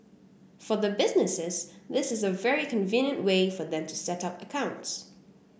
for the businesses this is a very convenient way for them to set up accounts